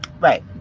right